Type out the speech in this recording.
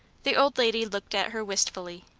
the old lady looked at her wistfully,